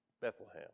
Bethlehem